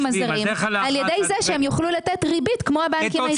הזרים על ידי זה שהם יוכלו לתת ריבית כמו הבנקים הישראליים.